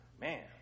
Man